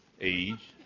age